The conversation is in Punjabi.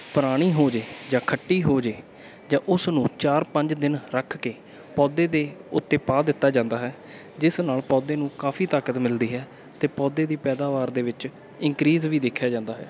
ਪੁਰਾਣੀ ਹੋ ਜਾਵੇ ਜਾਂ ਖੱਟੀ ਹੋ ਜਾਵੇ ਜਾਂ ਉਸ ਨੂੰ ਚਾਰ ਪੰਜ ਦਿਨ ਰੱਖ ਕੇ ਪੌਦੇ ਦੇ ਉੱਤੇ ਪਾ ਦਿੱਤਾ ਜਾਂਦਾ ਹੈ ਜਿਸ ਨਾਲ ਪੌਦੇ ਨੂੰ ਕਾਫ਼ੀ ਤਾਕਤ ਮਿਲਦੀ ਹੈ ਅਤੇ ਪੌਦੇ ਦੀ ਪੈਦਾਵਾਰ ਦੇ ਵਿੱਚ ਇੰਕਰੀਜ ਵੀ ਦੇਖਿਆ ਜਾਂਦਾ ਹੈ